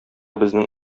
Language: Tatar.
безнең